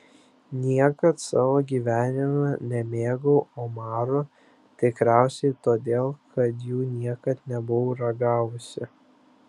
niekad savo gyvenime nemėgau omarų tikriausiai todėl kad jų niekad nebuvau ragavusi